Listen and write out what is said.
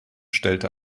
stellte